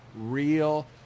real